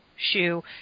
Shoe